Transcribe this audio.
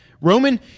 Roman